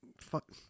fuck